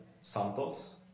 Santos